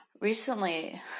recently